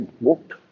walked